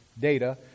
data